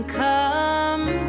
come